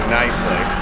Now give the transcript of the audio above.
nicely